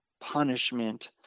punishment